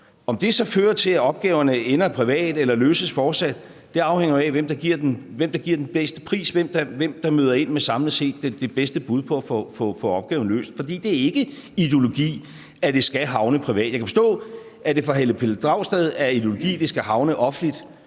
Om det så fører til, at opgaverne ender hos private eller fortsat løses i det offentlige, afhænger jo af, hvem der giver den bedste pris, hvem der samlet set møder ind med det bedste bud på at få opgaven løst. Det er ikke en ideologi, at det skal havne privat. Jeg kan forstå, at det for hr. Pelle Dragsted er en ideologi, at det skal havne offentligt